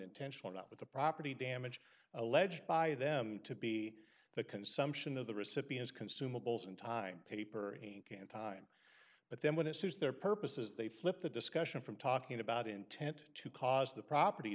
intentionally or not with the property damage alleged by them to be the consumption of the recipients consumables and time paper ink and time but then when it suits their purposes they flip the discussion from talking about intent to cause the property